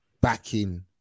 backing